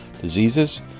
diseases